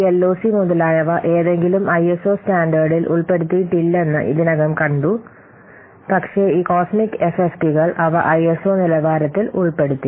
ഈ എൽഒസി മുതലായവ ഏതെങ്കിലും ഐഎസ്ഒ സ്റ്റാൻഡേർഡിൽ ഉൾപ്പെടുത്തിയിട്ടില്ലെന്ന് ഇതിനകം കണ്ടു പക്ഷേ ഈ കോസ്മിക് എഫ്എഫ്പികൾ അവ ഐഎസ്ഒ നിലവാരത്തിൽ ഉൾപ്പെടുത്തി